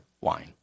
wine